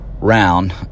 round